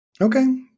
Okay